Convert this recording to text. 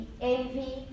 Envy